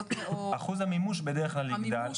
אחוז המימוש בדרך כלל יגדל.